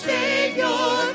Savior